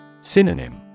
Synonym